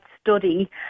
study